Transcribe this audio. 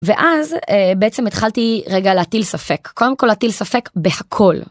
ואז בעצם התחלתי רגע להטיל ספק, קודם כל להטיל ספק בהכל.